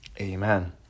Amen